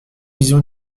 vision